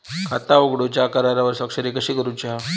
खाता उघडूच्या करारावर स्वाक्षरी कशी करूची हा?